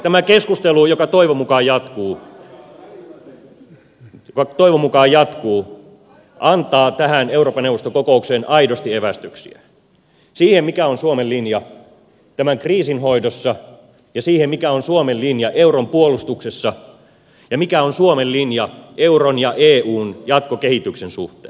tämä keskustelu joka toivon mukaan jatkuu antaa tähän eurooppa neuvoston kokoukseen aidosti evästyksiä siihen mikä on suomen linja tämän kriisin hoidossa ja siihen mikä on suomen linja euron puolustuksessa ja mikä on suomen linja euron ja eun jatkokehityksen suhteen